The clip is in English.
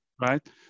right